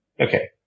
Okay